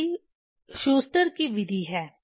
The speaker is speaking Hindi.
अगली शूस्टर की विधि Schuster's method है